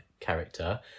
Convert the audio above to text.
character